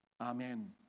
Amen